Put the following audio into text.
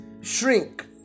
shrink